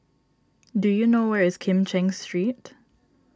do you know where is Kim Cheng Street